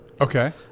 Okay